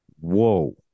Whoa